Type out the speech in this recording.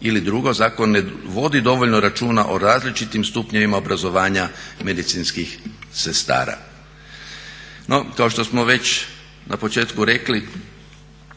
Ili drugo, zakon ne vodi dovoljno računa o različitim stupnjevima obrazovanja medicinskih sestara. No, kao što smo već na početku rekli